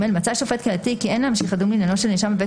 מצא שופט קהילתי כי אין להמשיך לדון בעניינו של נאשם בבית